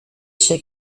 shook